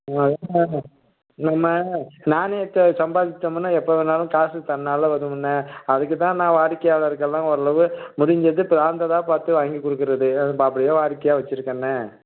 நம்ம நாணயத்தை சம்பாதித்தோம்னா எப்போ வேணாலும் காசு தன்னால் வருமுண்ணா அதுக்கு தான் நான் வாடிக்கையாளர்க்கெல்லாம் ஓரளவு முடிஞ்சது ப்ராண்டடாக பார்த்து வாங்கிக் கொடுக்குறது நம்ப அப்படியே வாடிக்கையாக வைச்சுருக்கோண்ணா